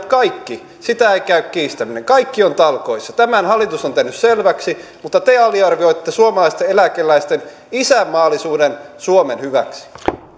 kaikki sitä ei käy kiistäminen kaikki ovat talkoissa tämän hallitus on tehnyt selväksi mutta te aliarvioitte suomalaisten eläkeläisten isänmaallisuuden suomen hyväksi